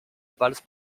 vals